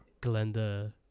Glenda